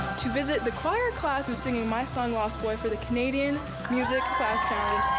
to visit the choir class singing my song lost boy for the canadian music festival.